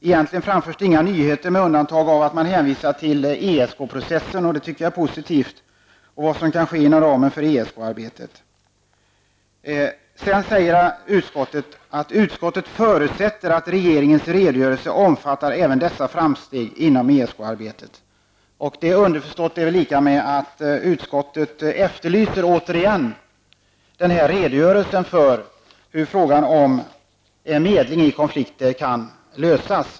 Egentligen framförs inga nyheter med undantag för att utskottet hänvisar till ESK-processen och vad som kan ske inom ramen för ESK-arbetet, något som jag anser är positivt. Sedan säger utskottet: ''Utskottet förutsätter att regeringens redogörelse omfattar även dessa framsteg inom ESK-arbetet.'' Underförstått betyder detta att utskottet återigen efterlyser en redogörelse för hur frågan om medling i konflikter kan lösas.